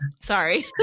Sorry